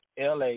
la